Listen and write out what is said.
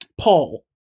Paul